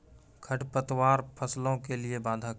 खडपतवार फसलों के लिए बाधक हैं?